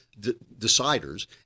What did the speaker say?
deciders